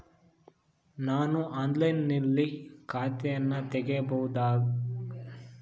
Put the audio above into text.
ನಾನು ಆನ್ಲೈನಿನಲ್ಲಿ ಖಾತೆಯನ್ನ ತೆಗೆಯಬಹುದಾ?